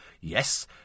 Yes